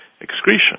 excretion